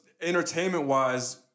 entertainment-wise